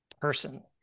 person